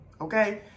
okay